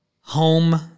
home